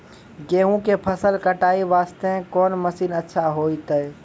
गेहूँ के फसल कटाई वास्ते कोंन मसीन अच्छा होइतै?